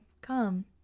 come